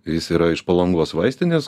jis yra iš palangos vaistinės